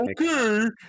okay